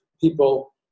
people